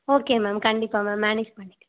okay ma'am கண்டிப்பாக ma'am manage பண்ணிக்கிறேன்